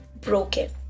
broken